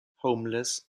homeless